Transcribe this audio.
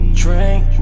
drink